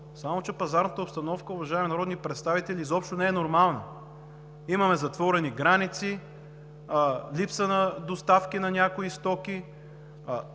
само че пазарната обстановка, уважаеми народни представители, изобщо не е нормална. Имаме затворени граници, липса на доставки на някои стоки,